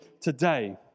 today